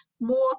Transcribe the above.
more